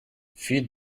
feed